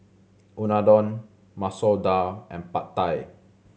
Unadon Masoor Dal and Pad Thai